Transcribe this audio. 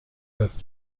peuvent